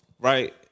right